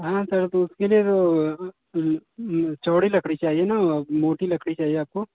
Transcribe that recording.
हाँ सर तो उसके लिए तो चौड़ी लकड़ी चाहिए न मोटी लकड़ी चाहिए आपको